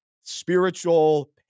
spiritual